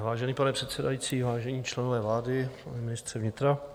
Vážený pane předsedající, vážení členové vlády, pane ministře vnitra.